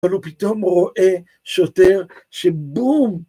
אבל הוא פתאום רואה שוטר שבום!